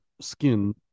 skin